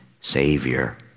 Savior